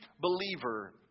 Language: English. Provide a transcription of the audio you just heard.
believer